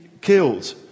killed